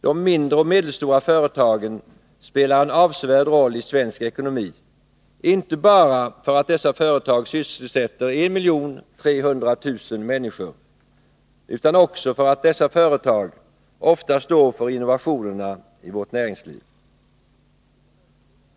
De mindre och medelstora företagen spelar en avsevärd roll i svensk ekonomi, inte bara för att dessa företag sysselsätter 1 300 000 människor utan också för att dessa företag ofta står för innovationerna i vårt näringsliv.